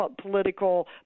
political